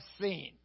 seen